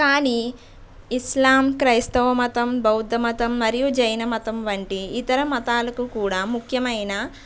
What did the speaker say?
కానీ ఇస్లాం క్రైస్తవమతం బౌద్దమతం మరియు జైనమతం వంటి ఇతర మతాలకు కూడా ముఖ్యమైన